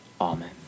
Amen